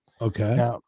okay